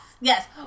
Yes